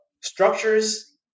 structures